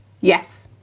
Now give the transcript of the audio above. Yes